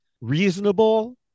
reasonable